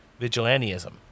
vigilantism